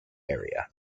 area